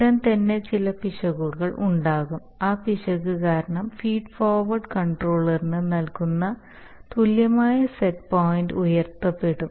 ഉടൻ തന്നെ ചില പിശകുകൾ ഉണ്ടാകും ആ പിശക് കാരണം ഫീഡ് ഫോർവേർഡ് കൺട്രോളറിന് നൽകുന്ന തുല്യമായ സെറ്റ് പോയിൻറ് ഉയർത്തപ്പെടും